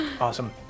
Awesome